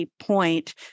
point